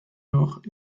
nord